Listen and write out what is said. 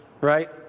right